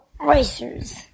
Racers